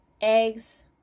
eggs